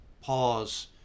pause